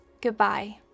goodbye